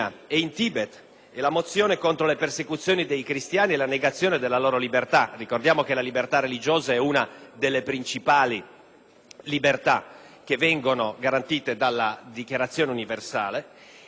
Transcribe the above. finestra") contro le persecuzioni dei cristiani e la negazione della loro libertà; ricordiamo che la libertà religiosa è una delle principali libertà che vengono garantite dalla Dichiarazione universale.